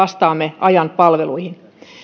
vastaamme ajan palveluihin